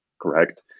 correct